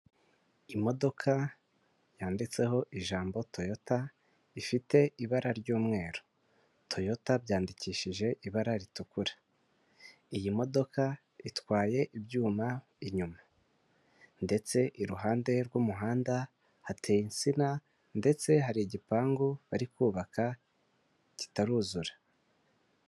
Imodoka yanditseho ijambo toyota rifite ibara ry'umweru, toyota byandikishije ibara ritukura. iyi modoka itwaye ibyuma inyuma ndetse iruhande rw'umuhanda hateye insina ndetse hari igipangu bari kubaka kitaruzura.